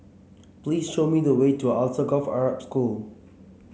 please show me the way to Alsagoff Arab School